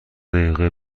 دقیقه